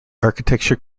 architecture